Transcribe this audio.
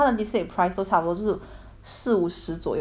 四五十左右有些贵一点六十多这样子